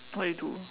what you do